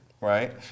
right